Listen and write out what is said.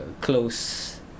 close